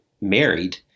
married